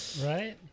Right